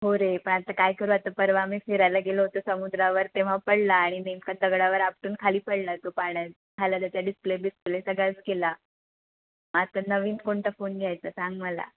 हो रे पण आता काय करू आता परवा आम्ही फिरायला गेलो होतो समुद्रावर तेव्हा पडला आणि नेमका दगडावर आपटून खाली पडला तो पाण्यात झाला त्याचा डिस्प्ले बिस्प्ले सगळाच गेला आता नवीन कोणता फोन घ्यायचा सांग मला